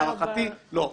להערכתי לא.